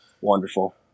Wonderful